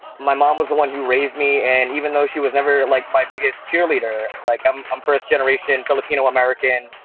my mom was the one who raised me and even though she was never like my biggest cheerleader, like i'm um first generation filipino-american,